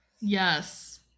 Yes